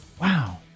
Wow